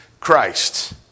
Christ